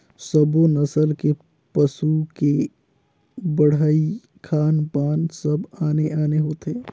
सब्बो नसल के पसू के बड़हई, खान पान सब आने आने होथे